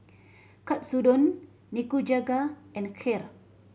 Katsudon Nikujaga and Kheer